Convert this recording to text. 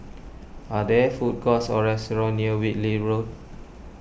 are there food courts or restaurants near Whitley Road